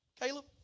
Caleb